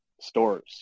stores